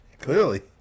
Clearly